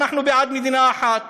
אנחנו בעד מדינה אחת,